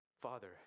Father